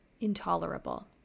intolerable